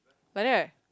like that